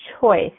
choice